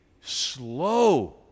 slow